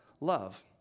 love